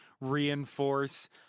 reinforce